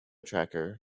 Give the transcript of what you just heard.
tracker